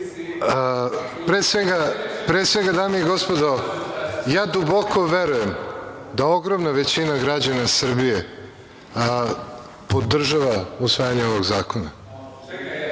dao. Pre svega, dame i gospodo, ja duboko verujem da ogromna većina građana Srbije podržava usvajanje ovog zakona.